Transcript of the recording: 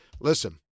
listen